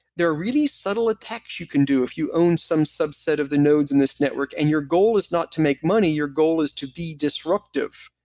there are really subtle attack you can do if you own some subset of the nodes in the network, and your goal is not to make money, your goal is to be disruptive.